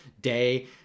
day –